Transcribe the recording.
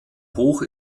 hoch